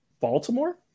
Baltimore